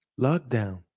Lockdown